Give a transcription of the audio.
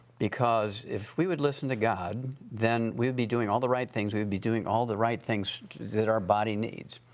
because if we would listen to god, then we'd be doing all the right things. we'd be doing all the right things that our body needs.